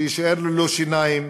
שיישאר ללא שיניים